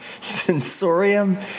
sensorium